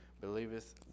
Believeth